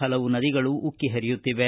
ಹಲವು ನದಿಗಳು ಉಕ್ಕಿ ಹರಿಯುತ್ತಿವೆ